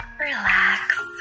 relax